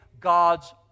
God's